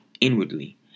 inwardly